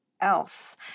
else